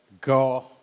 go